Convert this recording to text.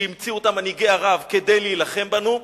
שהמציאו אותה מנהיגי ערב כדי להילחם בנו.